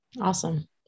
Awesome